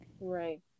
Right